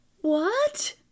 what